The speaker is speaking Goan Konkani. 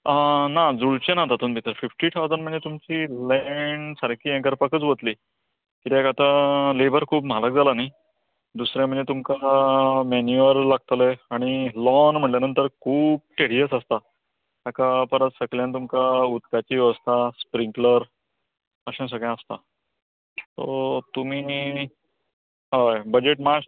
आं ना जुळचें ना तातूंत भितर फिफ्टी थावजंड म्हळ्यार तुमची लेंड सारकी यें करपाकूत वतली कित्याक आतां लेबर खूब म्हारग जालां न्ही दुसरें म्हणजे तुमका मेनूअल लागतलो आनी लाॅन म्हटल्या नंतर खूब टिडीयस आसता तेका परत सकल्यान तुमका उदकाची वेवस्था स्प्रिंकलर अशें सगलें आसता सो तुमी न्ही होय बजट मात्शें